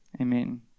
Amen